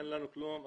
אין לנו כלום,